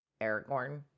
Aragorn